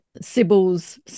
Sybil's